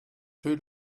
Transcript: two